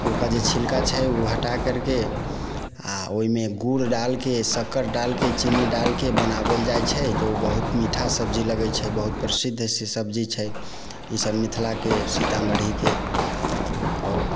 जे छिलका छै ओ हटा करके आ ओहिमे गुड़ डालके शक्कर डालके चीन्नी डालके बनाओल जाइत छै जो बहुत मीठा सब्जी लगैत छै बहुत प्रसिध्द सब्जी छै ई सब मिथिलाके सीतामढ़ीके आओर